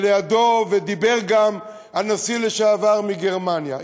ולידו דיבר גם הנשיא לשעבר מגרמניה.